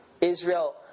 Israel